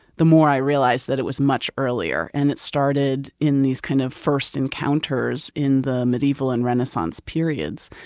the more i realized that it was much earlier. and it started in these kind of first encounters in the medieval and renaissance periods.